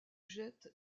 jette